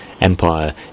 empire